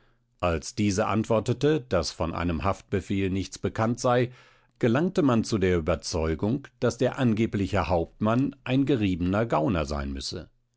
als diese antwortete daß von einem haftbefehl nichts bekannt sei gelangte man zu der überzeugung daß der angebliche hauptmann ein geriebener gauner sein müsse